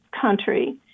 country